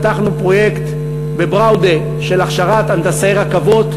פתחנו ב"אורט בראודה" פרויקט של הכשרת הנדסאי רכבות.